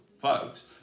folks